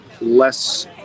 less